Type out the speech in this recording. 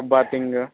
tub bathing